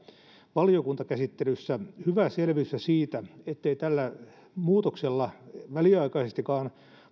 valiokuntakäsittelyssä hyvää selvitystä siitä ettei tällä muutoksella väliaikaisestikaan